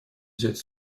взять